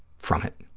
from it.